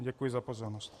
Děkuji za pozornost.